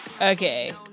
Okay